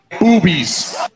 Boobies